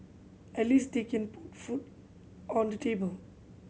at least they can put food on the table